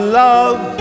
love